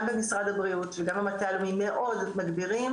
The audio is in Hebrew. גם במשרד הבריאות וגם במטה הלאומי מאוד מגבירים,